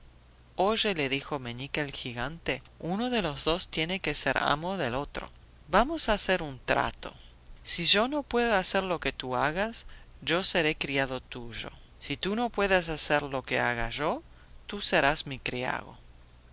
vacío oye le dijo meñique al gigante uno de los dos tiene que ser amo del otro vamos a hacer un trato si yo no puedo hacer lo que tú hagas yo seré criado tuyo si tú no puedes hacer lo que haga yo tú serás mi criado